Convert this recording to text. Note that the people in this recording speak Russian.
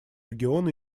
регион